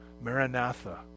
Maranatha